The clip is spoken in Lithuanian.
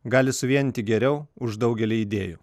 gali suvienyti geriau už daugelį idėjų